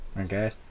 Okay